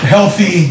Healthy